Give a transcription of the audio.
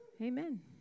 Amen